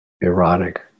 erotic